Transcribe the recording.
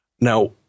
now